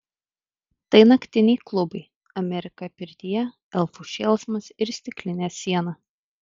tai naktiniai klubai amerika pirtyje elfų šėlsmas ir stiklinė siena